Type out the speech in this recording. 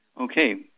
Okay